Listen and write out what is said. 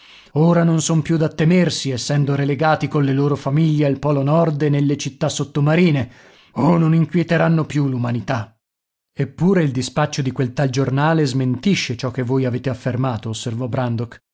ora non son più da temersi essendo relegati colle loro famiglie al polo nord e nelle città sottomarine oh non inquieteranno più l'umanità eppure il dispaccio di quel tal giornale smentisce ciò che voi avete affermato osservò brandok